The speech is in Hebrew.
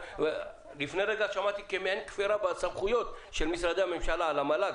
לפני רגע שמעתי כפירה בסמכויות של משרדי הממשלה על המל"ג.